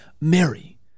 Mary